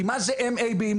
כי מה זה MA באימון?